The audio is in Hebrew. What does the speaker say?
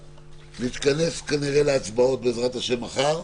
ונתכנס כנראה להצבעות בעזרת השם מחר.